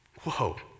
whoa